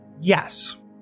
Yes